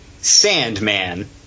Sandman